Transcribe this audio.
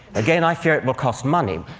again, i fear it will cost money.